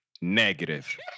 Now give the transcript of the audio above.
Negative